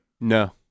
No